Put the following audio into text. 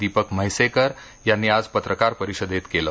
दीपक म्हैसेकर यांनी आज पत्रकार परिषदेत केलं